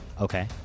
Okay